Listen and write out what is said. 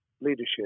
leadership